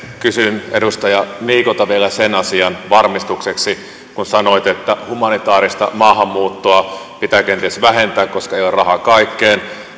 kysyn edustaja niikolta vielä sen asian varmistukseksi kun sanoit että humanitaarista maahanmuuttoa pitää kenties vähentää koska ei ole rahaa kaikkeen